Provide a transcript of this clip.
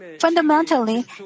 Fundamentally